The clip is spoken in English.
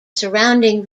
surrounding